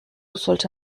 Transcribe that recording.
sollte